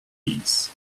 peas